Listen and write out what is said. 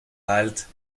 halte